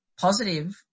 positive